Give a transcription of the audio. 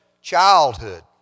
childhood